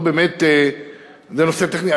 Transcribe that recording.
זה נושא טכני.